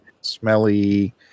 smelly